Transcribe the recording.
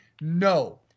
no